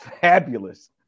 fabulous